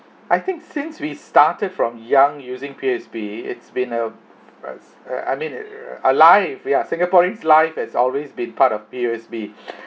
I think since we started from young using P_O_S_B it's been a uh uh I mean uh a life yeah singaporean's life has always been part of P_O_S_B